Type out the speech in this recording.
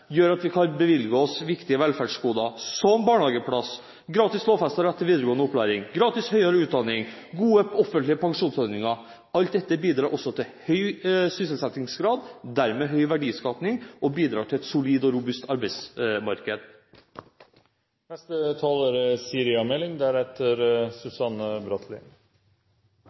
gjør at vi kan bevilge oss viktige velferdsgoder, som barnehageplass, gratis lovfestet rett til videregående opplæring, gratis høyere utdanning og gode offentlige pensjonsordninger. Alt dette bidrar også til høy sysselsettingsgrad og dermed høy verdiskaping og et solid og robust